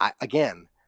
again